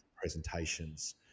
presentations